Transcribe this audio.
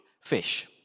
fish